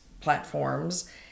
platforms